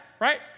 right